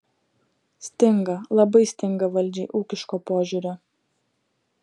stinga labai stinga valdžiai ūkiško požiūrio